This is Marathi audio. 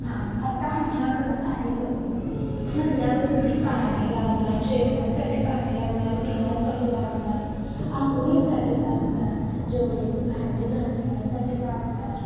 हां आता आमच्या घरात आहे लग्न म्हणल्यावरती पाणी लागणार जेवणासाठी पाणी लागणार पिण्यासाठी लागणार आंघोळीसाठी लागणार जेवलेली भांडी घासण्यासाठी लागणार